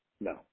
No